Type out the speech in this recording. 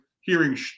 hearing